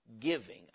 giving